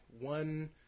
One –